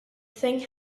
thing